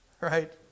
right